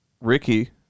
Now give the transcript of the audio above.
ricky